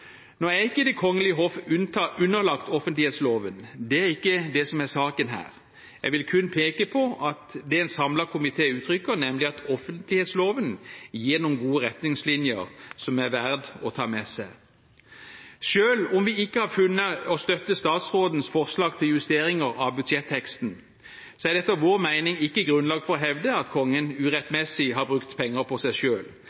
Nå er ikke Det kongelige hoff underlagt offentlighetsloven, det er ikke det som er saken her, jeg vil kun peke på det en samlet komité uttrykker, nemlig at offentlighetsloven gir noen gode retningslinjer som er verdt å ta med seg. Selv om vi ikke har funnet å støtte statsrådens forslag til justeringer av budsjetteksten, er det etter vår mening ikke grunnlag for å hevde at Kongen